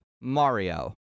Mario